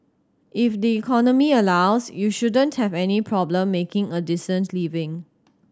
if the economy allows you shouldn't have any problem making a decent living